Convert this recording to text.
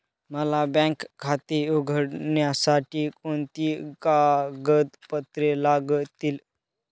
मला बँक खाते उघडण्यासाठी कोणती कागदपत्रे लागतील?